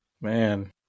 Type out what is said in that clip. man